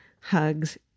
Hugs